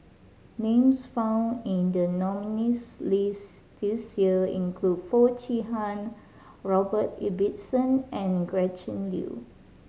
names found in the nominees' list this year include Foo Chee Han Robert Ibbetson and Gretchen Liu